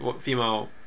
female